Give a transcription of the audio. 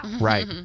Right